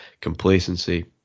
complacency